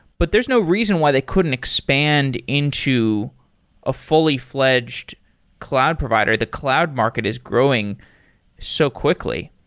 but there's no reason why they couldn't expand into a fully-fledged cloud provider. the cloud market is growing so quickly.